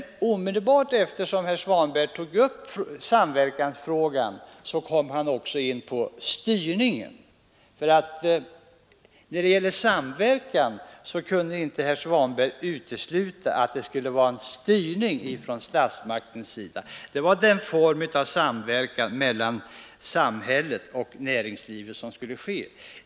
Omedelbart efter det att herr Svanberg tog upp samverkansfrågan kom han också in på styrningen. När det gäller samverkan kunde inte herr Svanberg utesluta att det skulle vara en styrning från statsmaktens sida. Det var den form av samverkan mellan samhället och näringslivet som skulle ske enligt herr Svanberg.